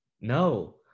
No